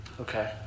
Okay